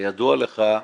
כידוע לך,